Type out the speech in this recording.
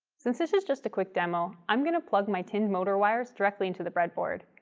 since this is just a quick demo, i'm going to plug my tinned motor wires directly into the breadboard,